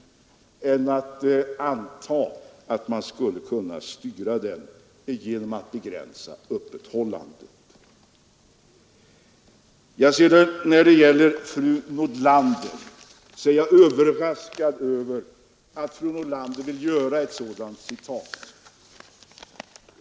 Det är orimligt att anta att man skulle kunna styra den genom att begränsa öppethållandet. Sedan är jag överraskad över att fru Nordlander ville göra ett sådant citat som det hon anförde.